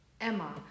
Emma